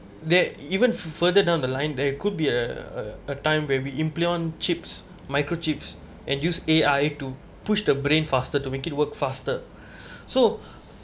they even further down the line there could be a a a time where we implant chips microchips and use A_I to push the brain faster to make it work faster so